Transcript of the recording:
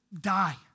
die